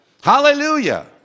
Hallelujah